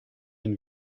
une